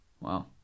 Wow